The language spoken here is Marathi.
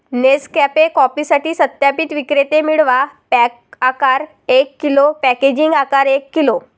नेसकॅफे कॉफीसाठी सत्यापित विक्रेते मिळवा, पॅक आकार एक किलो, पॅकेजिंग आकार एक किलो